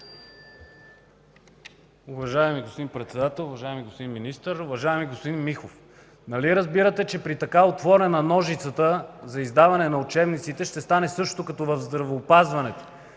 Уважаема госпожо Председател, уважаеми господин Министър! Уважаеми господин Михов, нали разбирате, че при така отворена ножицата за издаване на учебниците, ще стане същото, както в здравеопазването